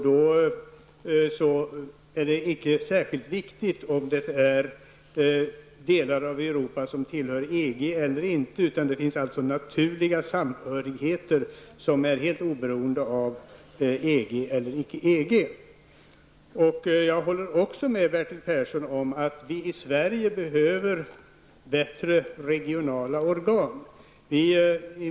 Det är inte särskilt viktigt om det gäller delar av europa som tillhör EG eller inte, utan det rör sig om naturliga samhörigheter som är helt oberoende av Jag håller också med Bertil Persson om att vi i Sverige behöver bättre regionala organ.